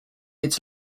its